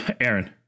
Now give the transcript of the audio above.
aaron